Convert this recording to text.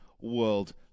world